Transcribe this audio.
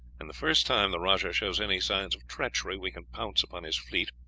and the first time the rajah shows any signs of treachery we can pounce upon his fleet.